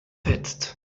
fetzt